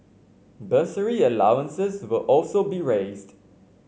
bursary allowances will also be raised